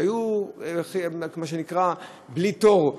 שהיו מה שנקרא בלי תור,